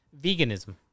Veganism